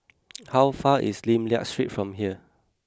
how far is Lim Liak Street from here